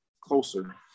closer